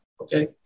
Okay